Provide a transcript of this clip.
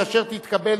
כאשר תתקבלנה,